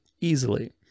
easily